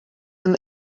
them